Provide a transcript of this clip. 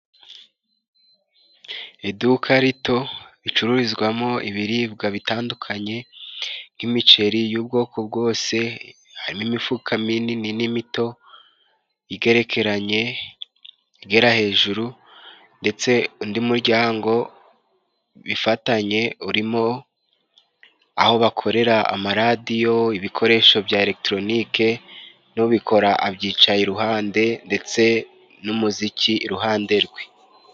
Iduka rito bicururizwamo ibiribwa bitandukanye nk'imiceri y'ubwoko bwose harimo imifuka minini n'imito igerekeranye igera hejuru ndetse undi muryango bifatanye urimo aho bakorera amaradiyo ibikoresho bya elegitoronike n'ubikora abyicaye iruhande ndetse n'umuziki iruhande rwe.